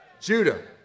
Judah